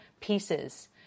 pieces